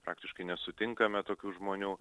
praktiškai nesutinkame tokių žmonių